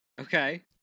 Okay